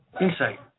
insight